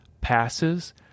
passes